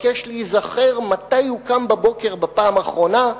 מתבקש להיזכר מתי הוא קם בבוקר בפעם האחרונה,